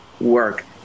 work